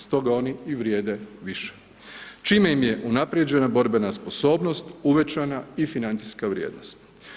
Stoga oni i vrijede više, čime im je unaprjeđena borbena sposobnost uvećana i financijska vrijednost.